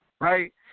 right